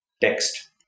text